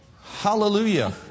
Hallelujah